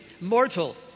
mortal